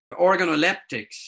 organoleptics